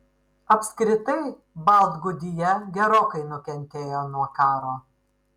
apskritai baltgudija gerokai nukentėjo nuo karo